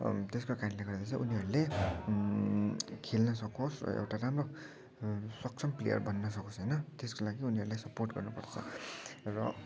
त्यसको कारणले गर्दा चाहिँ उनीहरूले खेल्न सकोस् र एउटा राम्रो सक्षम प्लेयर बन्न सकोस् होइन त्यसको लागि उनीहरूलाई सपोर्ट गर्नुपर्छ र